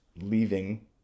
leaving